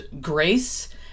grace